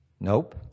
Nope